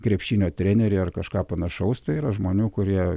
krepšinio trenerį ar kažką panašaus tai yra žmonių kurie